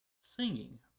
Singing